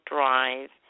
Drive